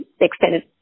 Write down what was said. extended